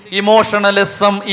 emotionalism